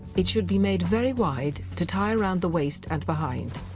it should be made very wide to tie around the waist and behind.